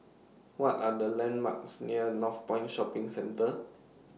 What Are The landmarks near Northpoint Shopping Centre